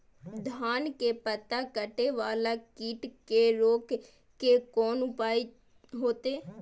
धान के पत्ता कटे वाला कीट के रोक के कोन उपाय होते?